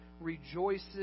rejoices